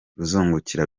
ruzungukira